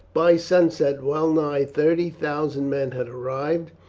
by sunset well nigh thirty thousand men had arrived,